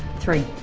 three.